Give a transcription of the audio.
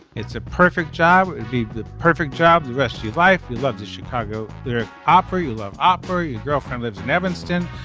it's a perfect job. it would be the perfect job. the rest of your life. we love the chicago opera you love opera your girlfriend lives in evanston.